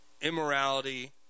immorality